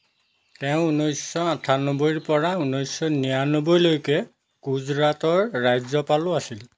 তেওঁ ঊনৈছশ আঠানব্বৈৰপৰা ঊনৈছশ নিৰানব্বৈলৈকে গুজৰাটৰ ৰাজ্যপালো আছিল